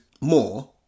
more